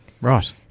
Right